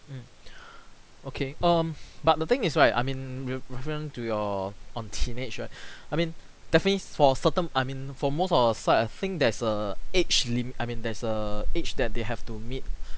mm okay um but the thing is right I mean re~ referring to your on teenage right I mean definitely for certain I mean for most of the site I think there's a age lim~ I mean there's a age that they have to meet